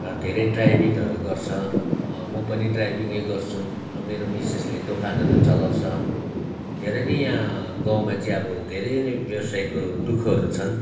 र धेरै ड्राइभिङहरू गर्छ म पनि ड्राइभिङ्गै गर्छु र मेरो मिसेसले दोकानहरू चलाउँछ धेरै नै यहाँ गाउँमा चाहिँ अब धेरै नै व्यावसायिकको दुःखहरू छन्